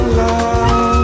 love